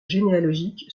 généalogique